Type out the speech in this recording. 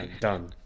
done